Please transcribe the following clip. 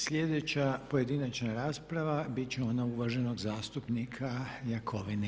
Sljedeća pojedinačna rasprava biti će ona uvaženog zastupnika Jakovine.